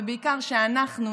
ובעיקר אם אנחנו,